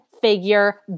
figure